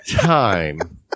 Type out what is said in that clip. time